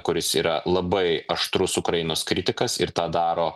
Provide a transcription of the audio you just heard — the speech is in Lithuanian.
kuris yra labai aštrus ukrainos kritikas ir tą daro